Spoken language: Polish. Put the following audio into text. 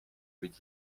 być